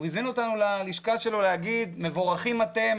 הובאנו ללשכה שלו לומר מבורכים אתם,